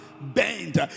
bent